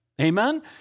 Amen